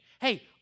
hey